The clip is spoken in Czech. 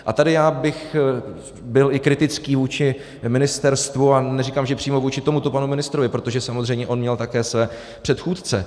A tady bych byl i kritický vůči ministerstvu a neříkám, že přímo vůči tomuto panu ministrovi, protože samozřejmě on měl také své předchůdce.